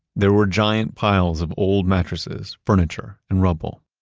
there were giant piles of old mattresses, furniture, and rubble.